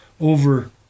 over